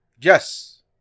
Yes